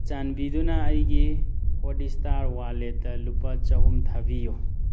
ꯆꯥꯟꯕꯤꯗꯨꯅ ꯑꯩꯒꯤ ꯍꯣꯠꯏꯁꯇꯥꯔ ꯋꯥꯂꯦꯠꯇ ꯂꯨꯄꯥ ꯆꯍꯨꯝ ꯊꯥꯕꯤꯌꯨ